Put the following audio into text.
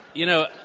you know,